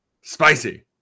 Spicy